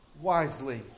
Wisely